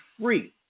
free